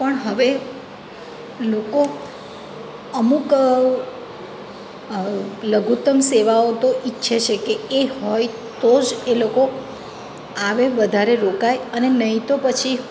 પણ હવે લોકો અમુક લઘુતમ સેવાઓ તો ઈચ્છે કે એ હોય તો જ એ લોકો આવે વધારે રોકાય અને નહીં તો પછી